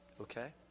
Okay